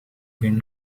been